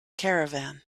caravan